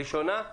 ראשונה?